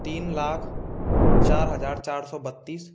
तीन लाख चार हज़ार चार सौ बत्तीस